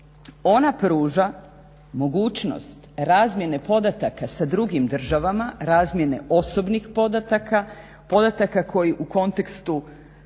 ona pruža mogućnost razmjene podataka sa drugim državama, razmjene osobnih podataka, podataka koji u kontekstu